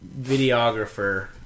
videographer